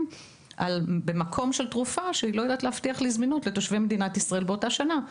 על תרופה שלא יודעת להבטיח לי זמינות לתושבי מדינת ישראל באותה שנה.